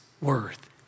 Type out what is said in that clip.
worth